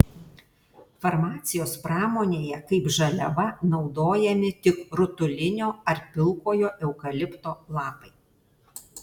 farmacijos pramonėje kaip žaliava naudojami tik rutulinio ar pilkojo eukalipto lapai